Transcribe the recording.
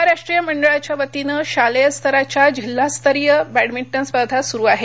महाराष्ट्रीय मंडळाच्यावतीनं शालेय स्तराच्या जिल्हास्तरीय बॅडमिंटन स्पर्धा सुरु आहेत